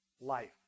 life